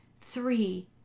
three